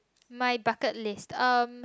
my bucket list um